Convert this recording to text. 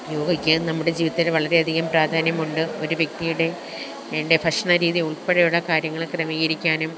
യോഗയ്ക്ക് നമ്മുടെ ജീവിതത്തിൽ വളരെയധികം പ്രാധാന്യമുണ്ട് ഒരു വ്യക്തിയുടെ അതിന്റെ ഭക്ഷണ രീതി ഉള്പ്പെടെയുള്ള കാര്യങ്ങൾ ക്രമീകരിക്കാനും